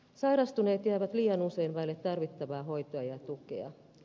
sairastuneet jäävät liian usein vaille tarvittavaa hoitoa ja tukea